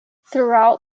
throughout